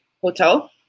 Hotel